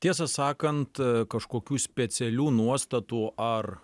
tiesą sakant kažkokių specialių nuostatų ar